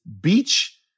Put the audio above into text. Beach